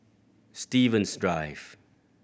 Stevens Drive